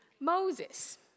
Moses